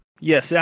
Yes